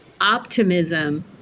Optimism